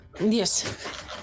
Yes